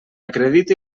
acrediti